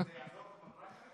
זה יעזור לו בפריימריז?